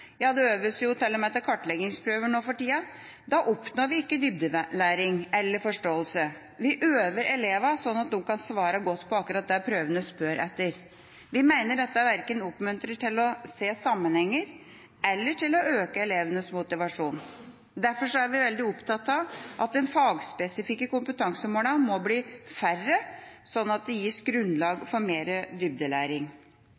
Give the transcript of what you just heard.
ja, det øves til og med til kartleggingsprøver nå for tida – oppnår vi ikke dybdelæring eller -forståelse. Vi øver elevene slik at de kan svare godt på akkurat det prøvene spør etter. Vi mener dette verken oppmuntrer til å se sammenhenger eller til å øke elevenes motivasjon. Derfor er vi veldig opptatt av at de fagspesifikke kompetansemålene må bli færre, slik at det gis